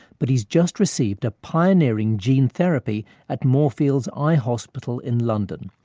but he's just received a pioneering gene therapy at moorfields eye hospital in london.